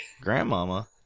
Grandmama